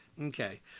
Okay